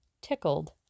tickled